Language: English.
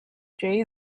jay